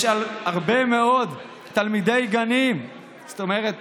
יש הרבה מאוד תלמידי גנים, זאת אומרת